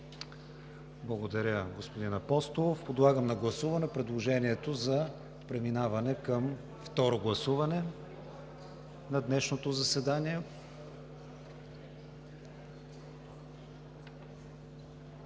Благодаря, господин Апостолов. Подлагам на гласуване предложението за преминаване към второ гласуване на днешното заседание.